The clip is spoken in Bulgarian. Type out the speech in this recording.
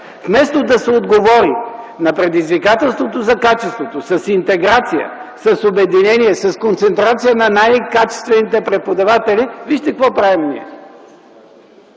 Вместо да се отговори на предизвикателството за качеството с интеграция, с обединение, с концентрация на най-качествените преподаватели, вижте какво правим ние